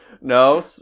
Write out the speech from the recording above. No